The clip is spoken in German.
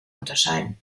unterscheiden